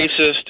racist